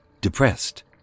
depressed